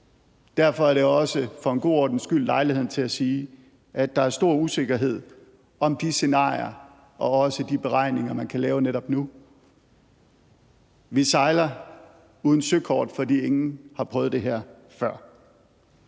Derfor er der også for en god ordens skyld lejlighed til at sige, at der er stor usikkerhed om de scenarier og også de beregninger, man kan lave netop nu. Vi sejler uden søkort, for ingen har prøvet det her før.